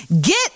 Get